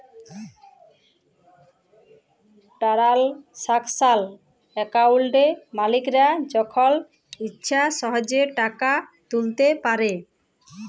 টারালসাকশাল একাউলটে মালিকরা যখল ইছা সহজে টাকা তুইলতে পারে